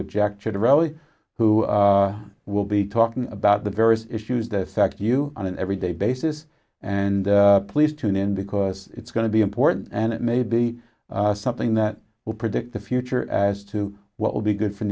with jack to rally who will be talking about the various issues that affect you on an everyday basis and please tune in because it's going to be important and it may be something that will predict the future as to what will be good for